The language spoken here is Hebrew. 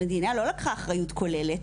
המדינה לא לקחה אחריות כוללת,